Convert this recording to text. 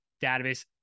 database